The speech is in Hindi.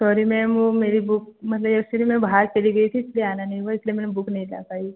सॉरी मैम वो मेरी बुक मतलब एक्चुली मैं बाहर चली गई थी इसलिए आना नहीं हुआ इसलिए मैंने बुक नहीं ला पाई